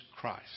Christ